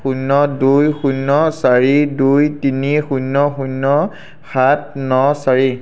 শূন্য দুই শূন্য চাৰি দুই তিনি শূন্য শূন্য সাত ন চাৰি